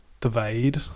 divide